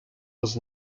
was